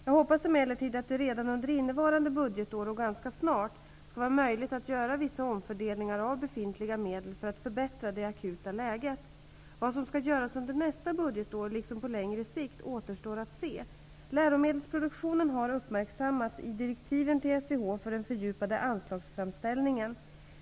Jag hoppas emellertid att det redan under innevarande budgetår -- och ganska snart -- skall vara möjligt att göra vissa omfördelningar av befintliga medel för att förbättra det akuta läget. Vad som skall göras under nästa budgetår, liksom på längre sikt, återstår att se. Läromedelsproduktionen har uppmärksammats i direktiven till SIH för den fördjupade anslagsframställningen.